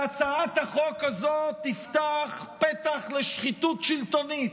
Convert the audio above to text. שהצעת החוק הזאת תפתח פתח לשחיתות שלטונית,